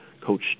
Coach